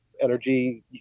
energy